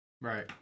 Right